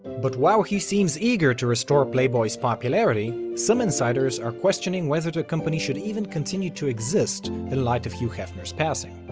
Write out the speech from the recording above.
but while he seems eager to restore playboy's popularity, some insiders are questioning whether the company should even continue to exist in light of hugh hefner's passing.